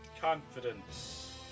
confidence